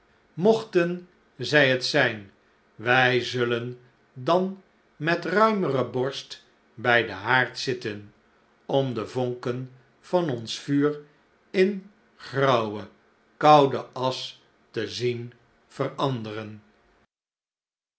mochten zij het zijn wij zullen dan met ruimere borst bij den haard zitten om de vonken van ons vuur in grauwe koude asch te zien veranderen